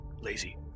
lazy